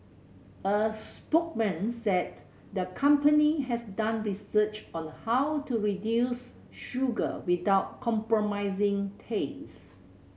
a spokesman said the company has done research on how to reduce sugar without compromising taste